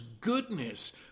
goodness